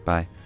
Bye